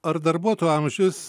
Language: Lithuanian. ar darbuotojo amžius